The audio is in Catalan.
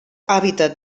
hàbitat